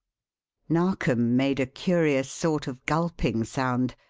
narkom made a curious sort of gulping sound,